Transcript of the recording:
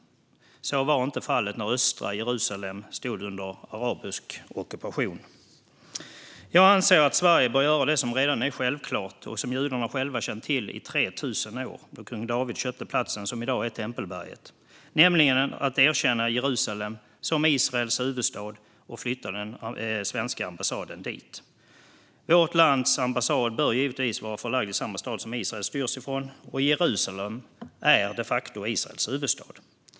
Så var inte fallet när östra Jerusalem stod under arabisk ockupation. Sverige bör göra det som redan är självklart och som judarna själva känt till i 3 000 år, sedan kung David köpte den plats som i dag är Tempelberget, nämligen erkänna Jerusalem som Israels huvudstad och flytta den svenska ambassaden dit. Vårt lands ambassad bör givetvis vara förlagd till den stad som Israel styrs ifrån, och Jerusalem är de facto Israels huvudstad.